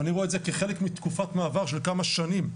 ואני רואה את זה כחלק מתקופת מעבר של כמה שנים,